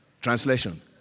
translation